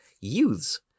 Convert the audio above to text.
youths